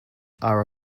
are